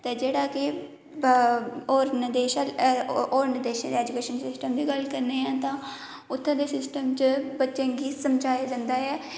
ते जेह्ड़ा कि होर देश होरने देशें च सिस्टम दी गल्ल करने आं ते उत्थै दे सिस्टम च बच्चें गी समझाया जंदा ऐ